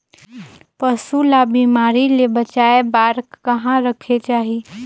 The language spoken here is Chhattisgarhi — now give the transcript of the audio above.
पशु ला बिमारी ले बचाय बार कहा रखे चाही?